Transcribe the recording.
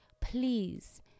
please